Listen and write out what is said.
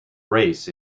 race